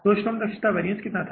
तो श्रम दक्षता वैरिअन्स कितना था